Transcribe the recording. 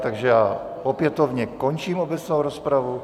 Takže já opětovně končím obecnou rozpravu.